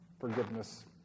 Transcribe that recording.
forgiveness